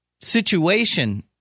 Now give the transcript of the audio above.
situation